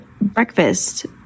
breakfast